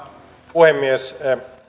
puhemies